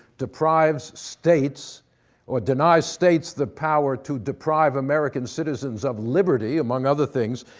deprives states or denies states the power to deprive american citizens of liberty, among other things,